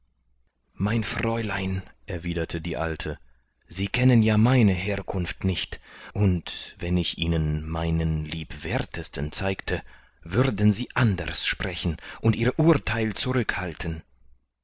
mein fräulein erwiderte die alte sie kennen ja meine herkunft nicht und wenn ich ihnen meinen liebwerthrtesten zeigte würden sie anders sprechen und ihr urtheil zurückhalten